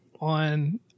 on